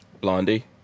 Blondie